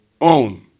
own